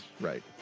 right